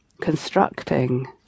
constructing